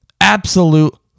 absolute